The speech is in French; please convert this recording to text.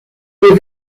des